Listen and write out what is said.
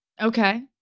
Okay